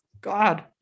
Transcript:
God